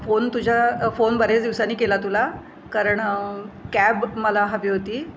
phone तुझ्या phone बऱ्याच दिवसांनी केला तुला कारण कॅब मला हवी होती